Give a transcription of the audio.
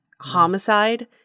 homicide